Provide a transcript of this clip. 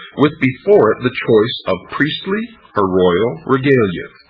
with before it the choice of priestly or royal regalia.